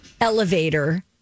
elevator